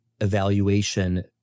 evaluation